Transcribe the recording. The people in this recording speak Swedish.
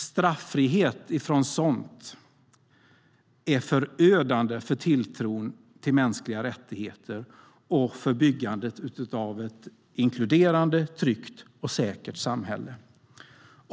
Straffrihet från sådant är förödande för tilltron till mänskliga rättigheter och för byggandet av ett inkluderande, tryggt och säkert samhälle.